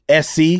SC